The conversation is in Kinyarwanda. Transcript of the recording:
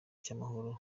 cy’amahoro